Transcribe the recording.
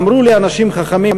אמרו לי אנשים חכמים,